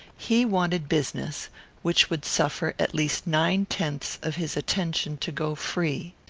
he wanted business which would suffer at least nine-tenths of his attention to go free.